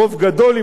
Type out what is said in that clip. ברוב גדול,